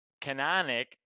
canonic